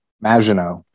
Maginot